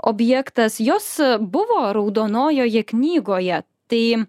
objektas jos buvo raudonojoje knygoje tai